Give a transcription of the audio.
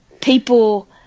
people